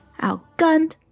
outgunned